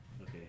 Okay